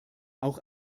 auch